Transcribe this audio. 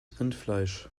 rindfleisch